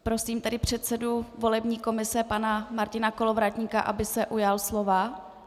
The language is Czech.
Prosím tedy předsedu volební komise pana Martina Kolovratníka, aby se ujal slova.